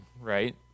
right